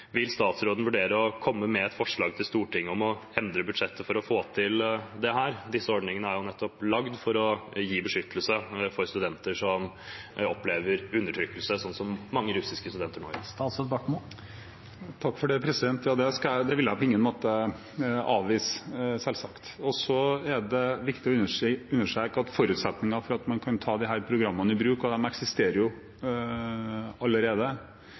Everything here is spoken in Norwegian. Vil statsråden vurdere å komme med forslag til Stortinget om å endre budsjettet for å få til dette? Disse ordningene er jo nettopp laget for å gi beskyttelse for studenter som opplever undertrykkelse, som mange russiske studenter nå gjør. Ja, det vil jeg på ingen måte avvise – selvsagt. Det er viktig å understreke at forutsetningen for at man kan ta disse programmene som eksisterer allerede, i bruk, er selvsagt at folk er her, og